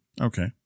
Okay